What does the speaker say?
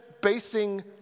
basing